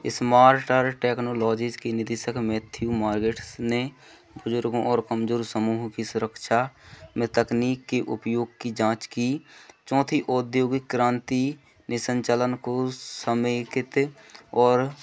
smarter technologies की निधिक्षक Matthew Margetts ने बुज़ुर्गों और कमज़ोर समूह की सुरक्षा में तकनीक की उपयोग की जाँच की चौथी औद्योगिक क्रांति निसञ्चालन को समेकित और